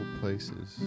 places